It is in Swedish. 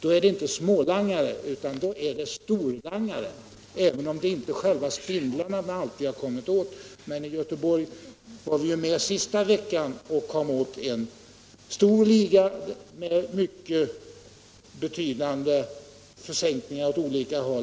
då är det inte fråga om smålangare utan om storlangare, trots att det inte är spindlarna man kommit åt. I Göteborg kom polisen under den senaste veckan åt en stor liga med mycket betydande förgreningar åt olika håll.